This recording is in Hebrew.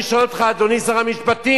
אני שואל אותך, אדוני שר המשפטים,